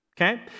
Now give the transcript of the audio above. Okay